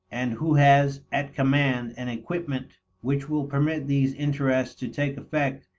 and who has at command an equipment which will permit these interests to take effect,